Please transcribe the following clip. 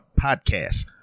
podcast